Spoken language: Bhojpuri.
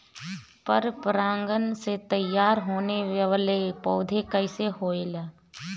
पर परागण से तेयार होने वले पौधे कइसे होएल?